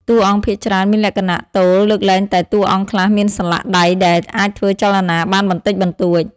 តួអង្គភាគច្រើនមានលក្ខណៈ ទោលលើកលែងតែតួអង្គខ្លះមានសន្លាក់ដៃដែលអាចធ្វើចលនាបានបន្តិចបន្តួច។